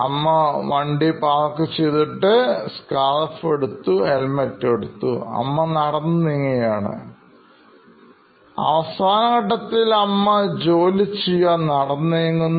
അമ്മ നടന്നുനീങ്ങുകയാണ് അവസാനഘട്ടത്തിൽ അമ്മ ജോലി ചെയ്യുവാൻ നടന്നുനീങ്ങുന്നു